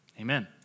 Amen